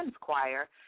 choir